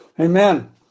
Amen